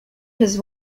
has